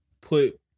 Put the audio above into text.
put